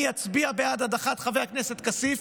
אני אצביע בעד הדחת חבר הכנסת כסיף,